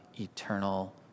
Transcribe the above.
eternal